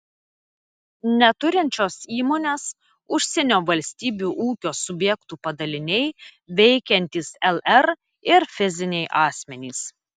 neturinčios įmonės užsienio valstybių ūkio subjektų padaliniai veikiantys lr ir fiziniai asmenys